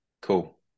Cool